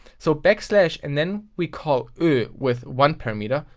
so backslash and then we call oe with one parameter,